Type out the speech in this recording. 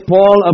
Paul